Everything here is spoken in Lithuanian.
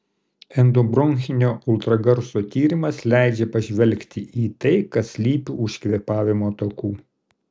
endobronchinio ultragarso tyrimas leidžia pažvelgti į tai kas slypi už kvėpavimo takų